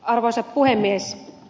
arvoisa puhemies